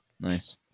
nice